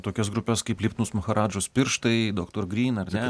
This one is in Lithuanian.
tokias grupes kaip lipnūs mucharadžos pirštai doktor gryn ar ne